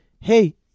hey